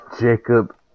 Jacob